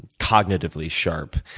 cognitively sharp.